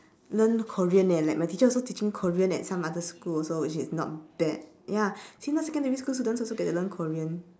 learn korean leh like my teacher also teaching korean at some other schools also which is not bad ya sigma secondary students also get to learn korean